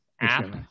app